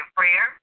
prayer